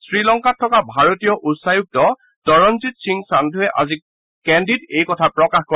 শ্ৰীলংকাত থকা ভাৰতীয় উচ্চায়ুক্ত তৰণজিৎ সিং সাদ্ধুৱে আজি কেন্দিত এই কথা প্ৰকাশ কৰে